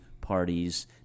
parties